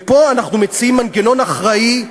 ופה אנחנו מציעים מנגנון אחראי,